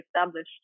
established